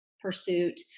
pursuit